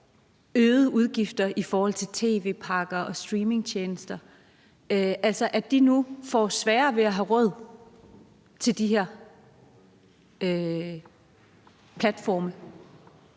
øgede udgifter i forhold til tv-pakker og streamingtjenester, altså at de nu får sværere ved at have råd til de her platforme.